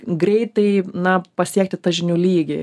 greitai na pasiekti tą žinių lygį